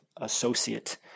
associate